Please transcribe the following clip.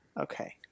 Okay